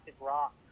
rock